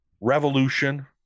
revolution